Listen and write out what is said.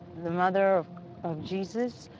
the mother of jesus,